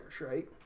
right